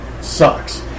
sucks